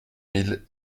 mille